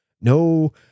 no